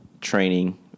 training